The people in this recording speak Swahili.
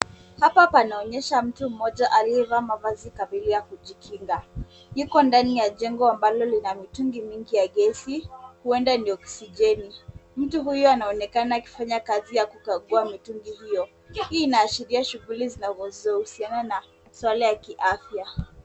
Hapa panaonyesha mtu mmoja aliyevaa mavazi kamili ya kujikinga. Yuko ndani ya jengo ambalo lina mitungi mingi ya gesi huenda ni oksijeni. Mtu huyu anaonekana akifanya kazi ya kukagua mitungi hiyo. Hii inaashiria shughuli zinazohusiana na suala ya kiafya.